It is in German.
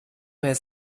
mehr